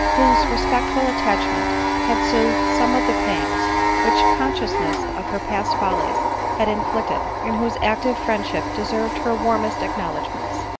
whose respectful attachment had soothed some of the pangs which consciousness of her past follies had in flicted, and whose active friendship deserved her warmest acknowledgments.